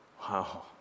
Wow